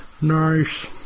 nice